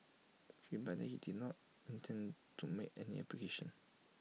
he replied that he did not intend to make any application